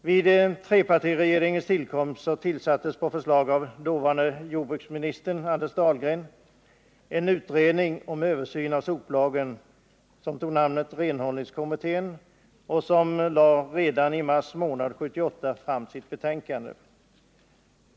Vid trepartiregeringens tillkomst tillsattes på förslag av dåvarande jordbruksministern Anders Dahlgren en utredning om översyn av soplagen — renhållningskommittén. Den lade redan i mars månad 1978 fram sitt betänkande.